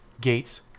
Gates